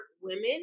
women